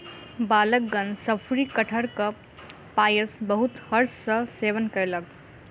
बालकगण शफरी कटहरक पायस बहुत हर्ष सॅ सेवन कयलक